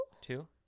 Two